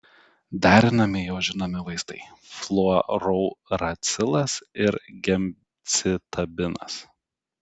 derinami jau žinomi vaistai fluorouracilas ir gemcitabinas